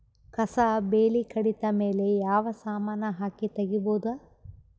ಕಸಾ ಬೇಲಿ ಕಡಿತ ಮೇಲೆ ಯಾವ ಸಮಾನ ಹಾಕಿ ತಗಿಬೊದ?